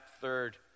third